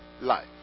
life